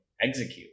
execute